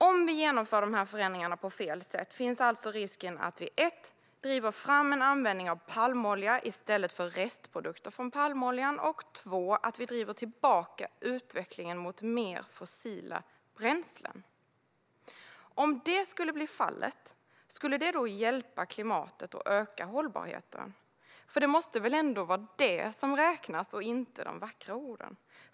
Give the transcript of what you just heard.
Om vi genomför förändringarna på fel sätt finns det alltså risk att vi för det första driver fram en användning av palmolja i stället för restprodukter från palmoljan och att vi för det andra driver tillbaka utvecklingen och går mot en användning av mer fossila bränslen. Om det skulle bli fallet, skulle det då hjälpa klimatet och öka hållbarheten? Det måste väl ändå vara det som räknas och inte de vackra orden?